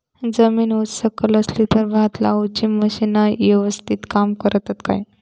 जमीन उच सकल असली तर भात लाऊची मशीना यवस्तीत काम करतत काय?